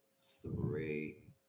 three